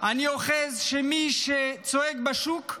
אני אוחז שמי שצועק בשוק,